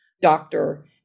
doctor